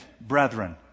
brethren